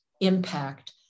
impact